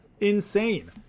insane